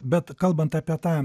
bet kalbant apie tą